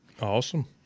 Awesome